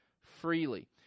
freely